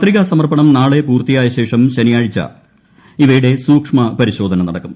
പത്രികാ സമർപ്പണം നാളെ പൂർത്തിയായ ശേഷം ശനിയാഴ്ച ഇവയുടെ സൂക്ഷ്മ പരിശോധന നടക്കും